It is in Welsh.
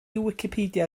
wicipedia